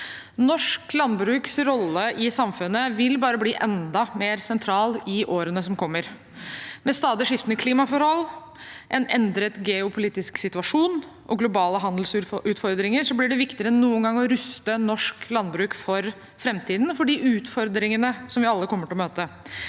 Norsk landbruks rolle i samfunnet vil bare bli enda mer sentral i årene som kommer. Med stadig skiftende klimaforhold, en endret geopolitisk situasjon og globale handelsutfordringer blir det viktigere enn noen gang å ruste norsk landbruk for framtiden og for de utfordringene vi alle kommer til å møte.